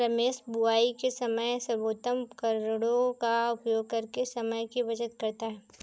रमेश बुवाई के समय सर्वोत्तम उपकरणों का उपयोग करके समय की बचत करता है